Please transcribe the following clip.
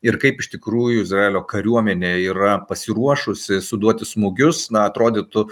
ir kaip iš tikrųjų izraelio kariuomenė yra pasiruošusi suduoti smūgius na atrodytų